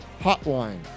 hotline